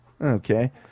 Okay